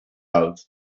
out